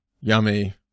Yummy